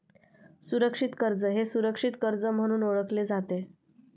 सुरक्षित कर्ज हे सुरक्षित कर्ज म्हणून ओळखले जाते